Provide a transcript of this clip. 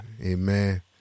Amen